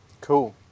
cool